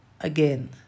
again